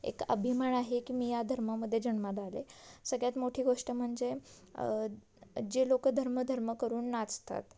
एक अभिमान आहे की मी या धर्मामध्ये जन्माला आले सगळ्यात मोठी गोष्ट म्हणजे जे लोक धर्म धर्म करून नाचतात